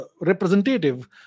representative